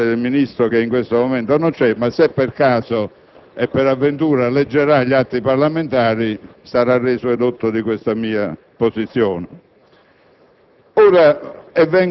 Mi spiace di parlare di un Ministro che in questo momento non c'è. Ma se per caso e per avventura leggerà gli atti parlamentari, è bene sia reso edotto di questa mia posizione.